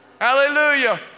Hallelujah